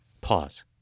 Pause